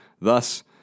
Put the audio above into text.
Thus